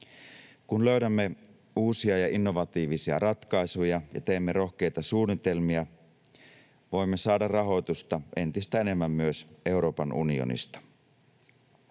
Kun löydämme uusia ja innovatiivisia ratkaisuja ja teemme rohkeita suunnitelmia, voimme saada rahoitusta entistä enemmän myös Euroopan unionista.